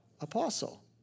apostle